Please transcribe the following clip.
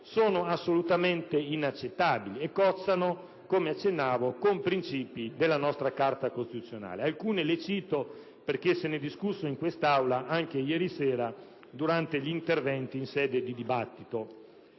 sono assolutamente inaccettabili e cozzano, come accennavo, con i princìpi della nostra Carta costituzionale. Ne citerò alcuni, perché se n'è discusso in quest'Aula anche ieri sera durante gli interventi in sede di dibattito.